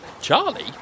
Charlie